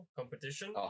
competition